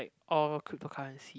like all cryptocurrency